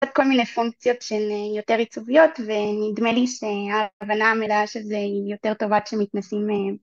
כל מיני פונקציות שהן יותר עיצוביות ונדמה לי שההבנה המלאה של זה היא יותר טובה כשמתנסים